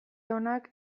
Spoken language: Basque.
onak